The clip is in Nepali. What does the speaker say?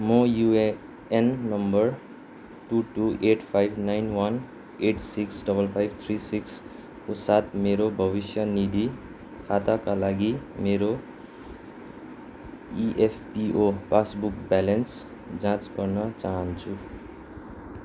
म UAN number two two eight five nine one eight six double five three सिक्सको साथ मेरो भविष्य निधि खाताका लागि मेरो इएफपिओ पासबुक ब्यालेन्स जाँच गर्न चाहन्छु